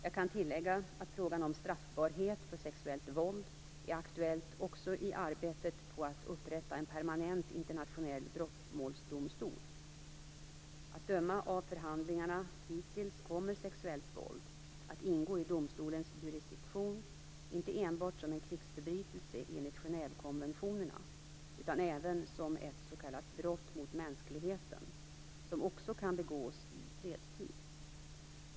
Jag kan tillägga att frågan om straffbarhet för sexuellt våld är aktuell också i arbetet på att upprätta en permanent internationell brottmålsdomstol. Att döma av förhandlingarna hittills kommer sexuellt våld att ingå i domstolens jurisdiktion inte enbart som en krigsförbrytelse enligt Genèvekonventionerna utan även som ett s.k. brott mot mänskligheten, som också kan begås i fredstid.